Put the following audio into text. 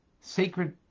sacred